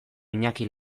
iñaki